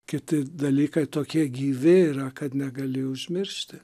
kiti dalykai tokie gyvi yra kad negali užmiršti